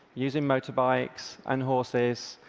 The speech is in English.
using motorbikes and horses,